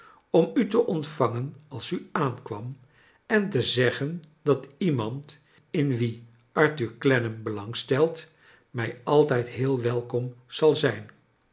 om u te ontvangen als u aankwam en te zeggen dat ieinand in wie arthur clennam belang stelt mij altrjd heel welkom zal zijn